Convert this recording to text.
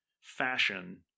fashion